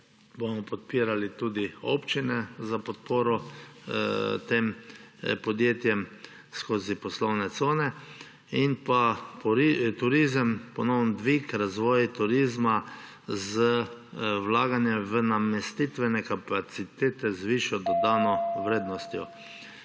bomo podpirali tudi občine za podporo tem podjetjem skozi poslovne cone. In turizem, ponoven dvig, razvoj turizma z vlaganjem v namestitvene kapacitete z višjo dodano vrednostjo.